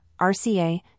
RCA